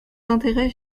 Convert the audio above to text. d’intérêt